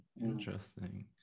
Interesting